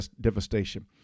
devastation